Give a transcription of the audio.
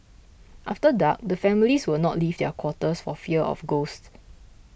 after dark the families would not leave their quarters for fear of ghosts